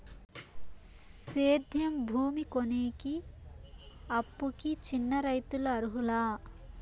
సేద్యం భూమి కొనేకి, అప్పుకి చిన్న రైతులు అర్హులా?